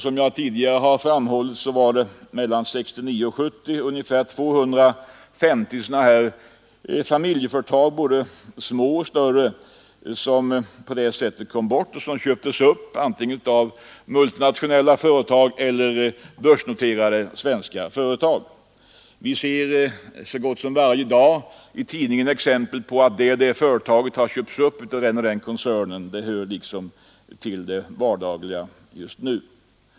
Som jag tidigare har framhållit kom mellan 1969 och 1970 ungefär 250 sådana här familjeföretag — både små och större — på detta sätt bort. De köptes upp antingen av multinationella företag eller av börsnoterade svenska företag. Vi ser så gott som varje dag i tidningen exempel på att ett företag har köpts upp av någon koncern. Det hör numera liksom till det vardagliga.